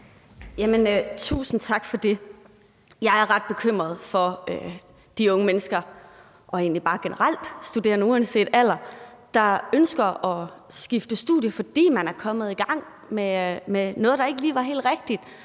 Tusind tak for det. Jeg er ret bekymret for de unge mennesker og egentlig generelt studerende uanset alder, der ønsker at skifte studie, fordi man er kommet i gang med noget, der ikke lige var helt rigtigt.